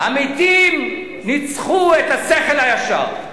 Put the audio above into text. המתים ניצחו את השכל הישר.